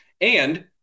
and-